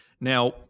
Now